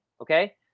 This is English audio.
Okay